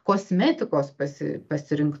kosmetikos pasi pasirinkt